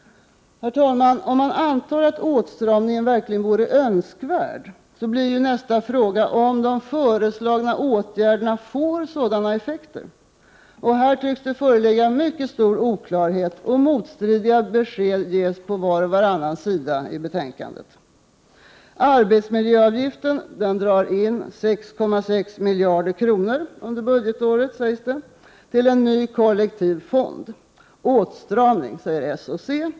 Herr talman! Om man antar att åtstramning verkligen vore önskvärd, blir nästa fråga om de föreslagna åtgärderna får sådana effekter. Här tycks det föreligga stor oklarhet, och motstridiga besked ges på var och varannan sida i betänkandet. Arbetsmiljöavgiften drar in 6,6 miljarder kronor under budgetåret, sägs det, till en ny kollektiv fond. Åtstramning, säger socialdemokraterna och centern.